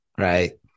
Right